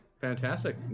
fantastic